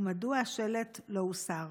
מדוע השלט לא הוסר?